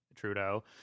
Trudeau